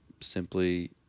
simply